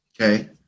Okay